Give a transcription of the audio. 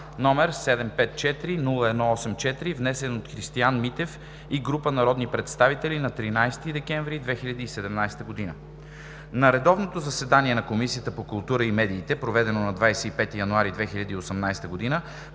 № 754-01-84, внесен от Христиан Митев и група народни представители на 13 декември 2017 г. На редовно заседание на Комисията по културата и медиите, проведено на 25 януари 2018 г.,